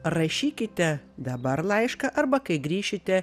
rašykite dabar laišką arba kai grįšite